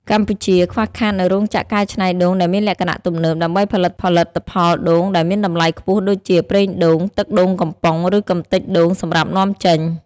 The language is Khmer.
កម្ពុជាខ្វះខាតនូវរោងចក្រកែច្នៃដូងដែលមានលក្ខណៈទំនើប ដើម្បីផលិតផលិតផលដូងដែលមានតម្លៃខ្ពស់ដូចជា ប្រេងដូង ទឹកដូងកំប៉ុង ឬកម្ទេចដូងសម្រាប់នាំចេញ។